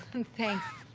and thanks.